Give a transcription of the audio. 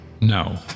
No